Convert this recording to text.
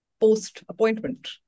post-appointment